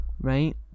right